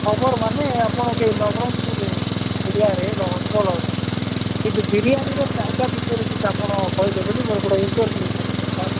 ଖବର ମାନେ ଆପଣଙ୍କ ଏ ନବରଙ୍ଗପୁର ଏରିଆରେ ବା ଅଞ୍ଚଳରେ କିନ୍ତୁ ବିରିୟାନିର ଚାହିଦା ବିଷୟରେ ଟିକିେ ଆପଣ କହିବେ ବୋଲି ମୋର ଗୋଟେ ଇଣ୍ଟରଭିୟୁ ନେମି ତ ସାର୍